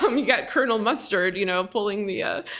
um you got colonel mustard you know pulling the ah